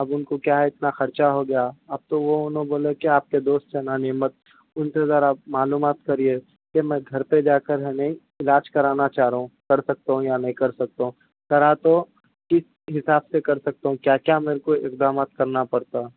اب ان کو کیا ہے اتنا خرچہ ہو گیا اب تو وہ انھوں بولے کہ آپ کے دوست ہیں نعمت ان سے ذرا معلومات کرئیے کہ میں گھر پہ جا کر ہمیں علاج کرانا چاہ رہا ہوں کر سکتا ہوں یا نہیں کر سکتا ہوں کرا تو ٹھیک حساب سے کر سکتا ہوں کیا کیا میرے کو اقدامات کرنا پڑتا